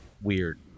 weird